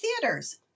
theaters